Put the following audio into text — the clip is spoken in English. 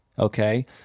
Okay